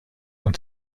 und